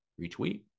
Retweet